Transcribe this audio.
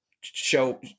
show